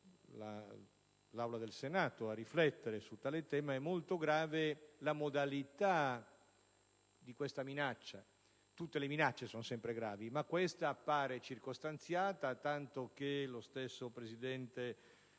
l'Assemblea del Senato a riflettere su tale tema, perché è molto grave la modalità della minaccia. Le minacce sono sempre gravi, ma questa appare circostanziata, tanto che lo stesso presidente